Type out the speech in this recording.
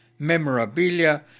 memorabilia